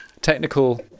technical